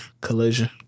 Collision